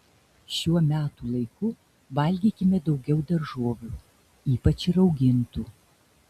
šiuo metų laiku valgykime daugiau daržovių ypač raugintų